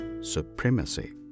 supremacy